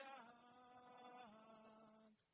God